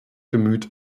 bemüht